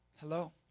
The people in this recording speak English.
Hello